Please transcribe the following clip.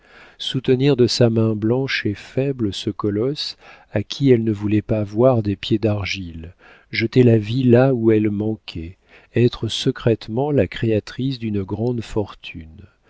soutenir de sa main blanche et faible ce colosse à qui elle ne voulait pas voir des pieds d'argile jeter la vie là où elle manquait être secrètement la créatrice d'une grande fortune